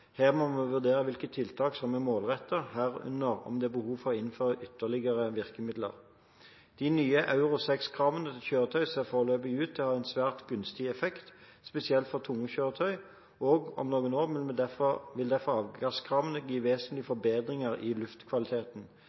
Her må vi vurdere hvilke tiltak som er målrettede, herunder om det er behov for å innføre ytterligere virkemidler. De nye Euro 6-kravene til kjøretøy ser foreløpig ut til å ha en svært gunstig effekt, spesielt for tunge kjøretøy, og om noen år vil derfor avgasskravene gi vesentlige forbedringer i luftkvaliteten.